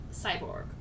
cyborg